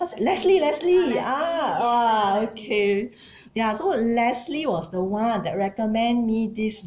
leslie leslie ah !wah! okay ya so leslie was the one that recommend me this